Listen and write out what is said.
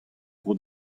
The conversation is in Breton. dro